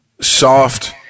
soft